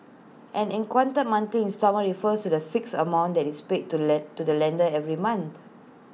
an equated monthly instalment refers to the fixed amount that is paid to to the lender every month